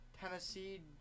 Tennessee